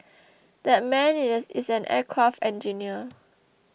that man is an aircraft engineer